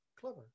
clever